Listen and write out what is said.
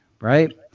right